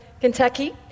kentucky